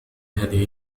هذه